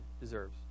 deserves